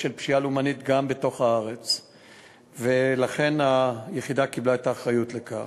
של פשיעה לאומנית גם בתוך הארץ והיחידה קיבלה את האחריות לכך.